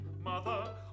mother